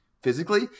Physically